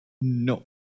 No